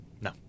No